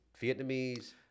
Vietnamese